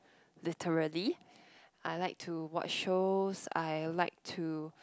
literally I like to watch shows I like to